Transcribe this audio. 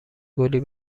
گلی